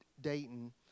Dayton